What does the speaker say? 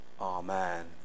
Amen